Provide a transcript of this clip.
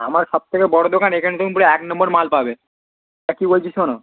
আমার সব থেকে বড়ো দোকান এখানে তুমি পুরো এক নম্বর মাল পাবে তা কী বলছি শোনো